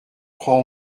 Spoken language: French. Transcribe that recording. prend